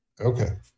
okay